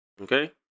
okay